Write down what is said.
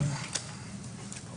ומרשם בעלי תעודות הסמכה".